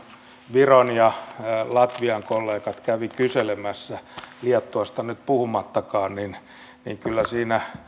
viron ja latvian kollegat kävivät kyselemässä liettuasta nyt puhumattakaan kyllä siinä